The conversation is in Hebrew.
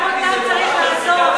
גם אותם צריך לעצור,